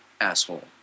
asshole